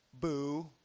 Boo